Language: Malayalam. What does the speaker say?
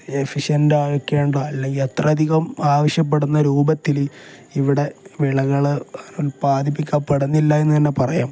എഫിഷ്യൻറ് ആയിക്കൊണ്ടോ അല്ലെങ്കിൽ അത്രയധികം ആവശ്യപ്പെടുന്ന രൂപത്തിൽ ഇവിടെ വിളകൾ ഉൽപാദിപ്പിക്കപ്പെടുന്നില്ല എന്നു തന്നെ പറയാം